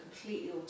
completely